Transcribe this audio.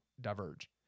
diverge